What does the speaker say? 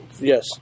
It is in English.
Yes